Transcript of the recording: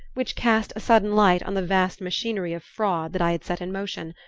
which cast a sudden light on the vast machinery of fraud that i had set in motion.